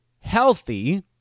healthy